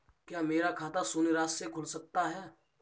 क्या मेरा खाता शून्य राशि से खुल सकता है?